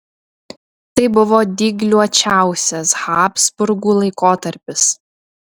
tai buvo dygliuočiausias habsburgų laikotarpis